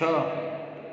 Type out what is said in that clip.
छह